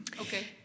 Okay